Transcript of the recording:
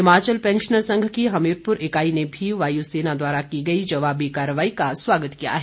Himachal pensioner संघ की हमीरपुर इकाई ने भी वायुसेना द्वारा की गई जवाबी कार्रवाई का स्वागत किया है